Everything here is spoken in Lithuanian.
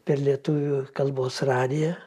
per lietuvių kalbos radiją